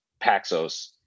Paxos